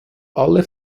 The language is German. alle